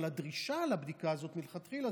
אבל הדרישה לבדיקה הזו מלכתחילה,